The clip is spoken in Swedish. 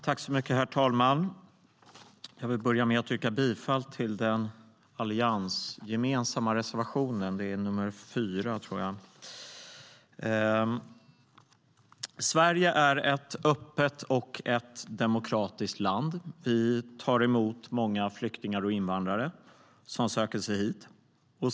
Herr talman! Jag vill börja med att yrka bifall till den alliansgemensamma reservationen. Det är nr 4. Sverige är ett öppet och demokratiskt land. Vi tar emot många flyktingar och invandrare som söker sig hit.